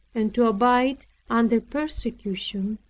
and to abide under persecution,